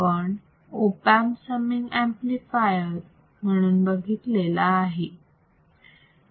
आपण op amp summing amplifier म्हणून बघितलेला आहे